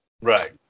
Right